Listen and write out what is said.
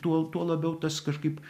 tuo tuo labiau tas kažkaip